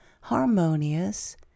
harmonious